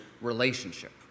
relationship